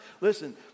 Listen